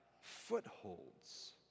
footholds